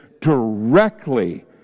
directly